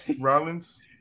Rollins